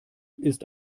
ist